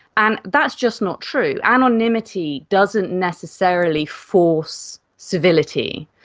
and that's just not true. anonymity doesn't necessarily force civility,